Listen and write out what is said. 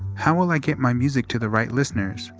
how will i get my music to the right listeners?